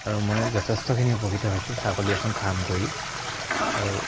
আৰু মই যথেষ্টখিনি উপকৃত হৈছোঁ ছাগলী এখন ফাৰ্ম কৰি আৰু